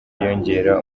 yiyongera